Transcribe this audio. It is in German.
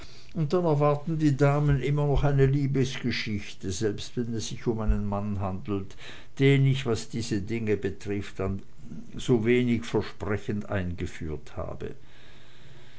und dann erwarten die damen immer eine liebesgeschichte selbst wenn es sich um einen mann handelt den ich was diese dinge betrifft so wenig versprechend eingeführt habe